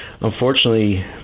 unfortunately